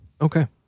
Okay